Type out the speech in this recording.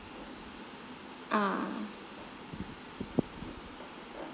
ah